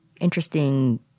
interesting